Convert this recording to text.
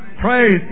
Praise